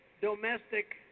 domestic